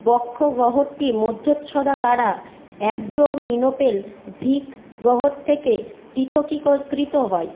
বক্ষঃ গহ্বরটি মধ্যচ্ছদা দ্বারা অ্যাবডোমিনোপেলভিক গহ্বর থেকে পৃথকীকৃত হয়